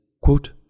quote